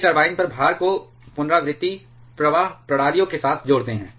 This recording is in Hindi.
वे टरबाइन पर भार को पुनरावृत्ति प्रवाह प्रणालियों के साथ जोड़ते हैं